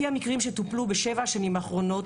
ולפי המקרים שטופלו בשבע השנים האחרונות,